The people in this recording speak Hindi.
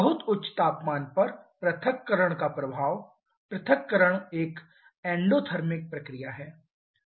बहुत उच्च तापमान पर पृथक्करण का प्रभाव पृथक्करण एक एंडोथर्मिक प्रतिक्रिया है